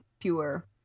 fewer